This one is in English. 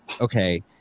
okay